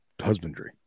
husbandry